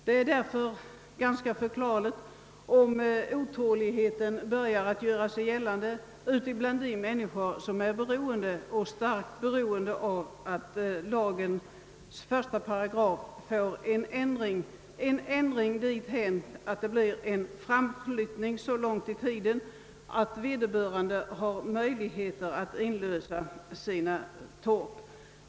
Det är därför ganska förklarligt om otåligheten börjar göra sig gällande bland dem som är starkt beroende av att lagens 1 § ändras så, att det blir en framflyttning så långt i tiden att vederbörande har möjligheter att inlösa sina torp.